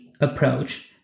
approach